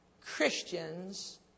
Christians